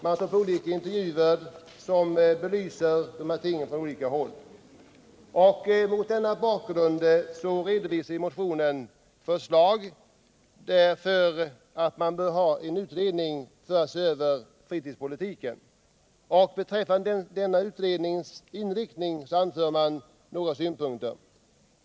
Man tar upp olika intervjuer som belyser dessa ting från olika håll. Nr 37 Mot denna bakgrund redovisar vi i motionen förslag till en utredning Onsdagen den som ser över fritidspolitiken. Beträffande denna utrednings inriktning 30 november 1977 anför man några synpunkter.